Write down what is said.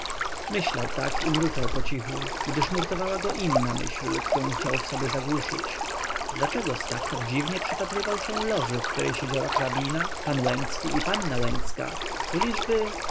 myślał tak i mruczał pocichu gdyż nurtowała go inna myśl którą chciał w sobie zagłuszyć dlaczego stach tak dziwnie przypatrywał się loży w której siedziała hrabina pan łęcki i panna łęcka czyliżby